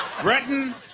Breton